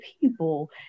people